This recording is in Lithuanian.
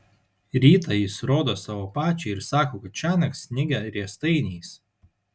rytą jis rodo savo pačiai ir sako kad šiąnakt snigę riestainiais